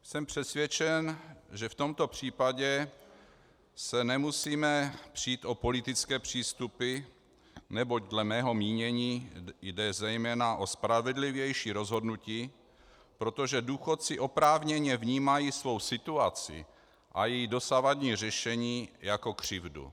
Jsem přesvědčen, že v tomto případě se nemusíme přít o politické přístupy, neboť dle mého mínění jde zejména o spravedlivější rozhodnutí, protože důchodci oprávněně vnímají svou situaci a její dosavadní řešení jako křivdu.